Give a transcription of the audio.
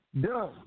done